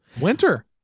Winter